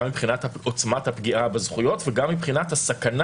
גם מבחינת עוצמת הפגיעה בזכויות וגם מבחינת הסכנה